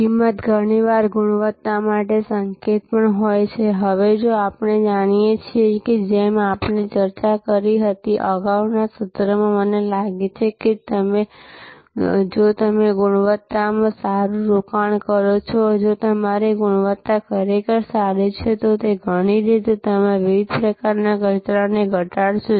કિંમત ઘણીવાર ગુણવત્તા માટેનો સંકેત પણ હોય છે હવે આપણે જાણીએ છીએ કે જેમ આપણે ચર્ચા કરી હતી તે અગાઉના સત્રમાં મને લાગે છે કે જો તમે ગુણવત્તામાં સારું રોકાણ કરો છો અને જો તમારી ગુણવત્તા ખરેખર સારી છે તો ઘણી રીતે તમે વિવિધ પ્રકારના કચરાને ઘટાડશો